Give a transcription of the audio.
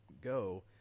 go